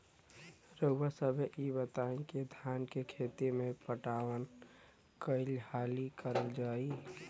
रउवा सभे इ बताईं की धान के खेती में पटवान कई हाली करल जाई?